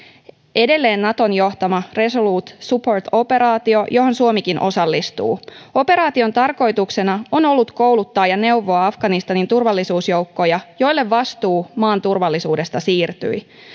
edelleen naton johtama resolute support operaatio johon suomikin osallistuu operaation tarkoituksena on ollut kouluttaa ja neuvoa afganistanin turvallisuusjoukkoja joille vastuu maan turvallisuudesta siirtyi